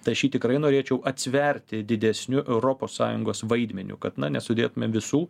tai aš jį tikrai norėčiau atsverti didesniu europos sąjungos vaidmeniu kad na ne sudėtumėm visų